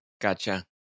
Gotcha